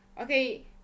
Okay